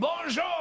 Bonjour